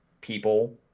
people